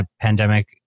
pandemic